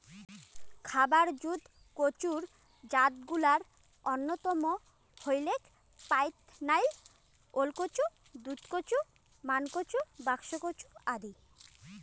খাবার জুত কচুর জাতগুলার অইন্যতম হইলেক পাইদনাইল, ওলকচু, দুধকচু, মানকচু, বাক্সকচু আদি